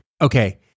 Okay